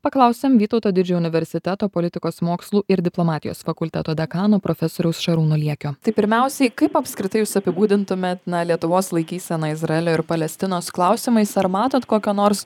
paklausėm vytauto didžiojo universiteto politikos mokslų ir diplomatijos fakulteto dekano profesoriaus šarūno liekio tai pirmiausiai kaip apskritai jūs apibūdintumėt lietuvos laikyseną izraelio ir palestinos klausimais ar matot kokio nors